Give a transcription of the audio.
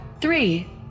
three